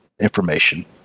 information